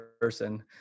person